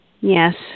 Yes